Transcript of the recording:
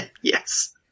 Yes